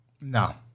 No